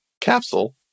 capsule